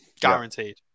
Guaranteed